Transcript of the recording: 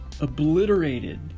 obliterated